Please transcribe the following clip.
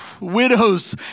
widows